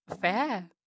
Fair